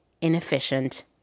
inefficient